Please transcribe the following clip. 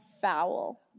foul